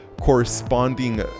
corresponding